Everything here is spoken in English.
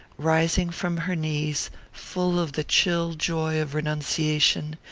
rising from her knees full of the chill joy of renunciation,